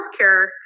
healthcare